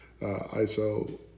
ISO